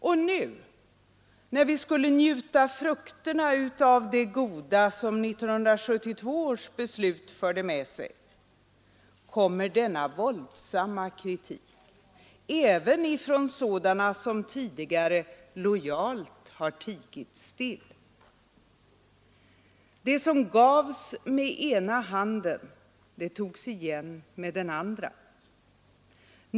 Och nu när vi skulle njuta frukten av det goda som 1972 års beslut förde med sig kommer denna våldsamma kritik, även från sådana som tidigare lojalt tigit still. Det som gavs med ena handen togs igen med den andra.